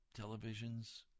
televisions